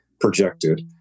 projected